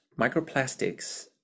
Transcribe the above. microplastics